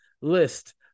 list